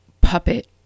puppet